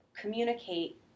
communicate